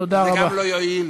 זה גם לא יועיל